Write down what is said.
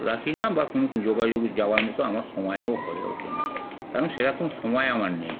রাখি না বা কোনো যোগাযোগ যাওয়ার মতো আমার সময়ও হয়ে ওঠে না কারণ সেরকম সময় আমার নেই